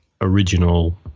original